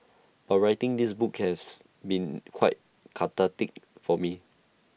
but writing this book has been quite cathartic for me